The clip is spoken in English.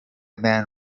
man